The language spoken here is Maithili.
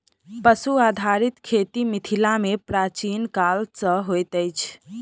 पशु आधारित खेती मिथिला मे प्राचीन काल सॅ होइत अछि